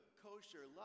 kosher